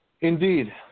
Indeed